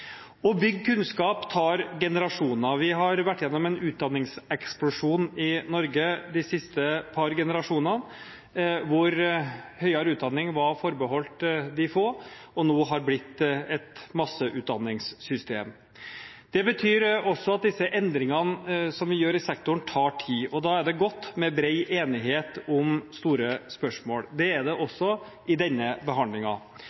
Å bygge kunnskap tar generasjoner. Vi har vært gjennom en utdanningseksplosjon i Norge de siste par generasjonene, hvor høyere utdanning var forbeholdt de få og nå har blitt et masseutdanningssystem. Det betyr også at disse endringene som vi gjør i sektoren, tar tid, og da er det godt med bred enighet om store spørsmål. Det er det også i denne